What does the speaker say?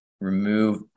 remove